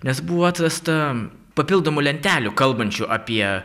nes buvo atrasta papildomų lentelių kalbančių apie